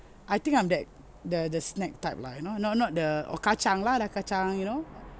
I think I'm that the the snack type lah you know not not the or kacang lah like kacang you know